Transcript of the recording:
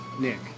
Nick